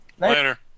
Later